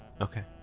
Okay